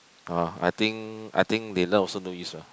ah I think I think they now also no use what